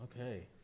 Okay